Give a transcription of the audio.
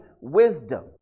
wisdom